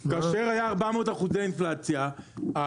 כאשר הייתה 400% אינפלציה.